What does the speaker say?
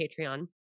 Patreon